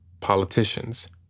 politicians